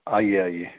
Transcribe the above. आइए आइए